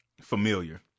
Familiar